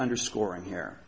underscoring here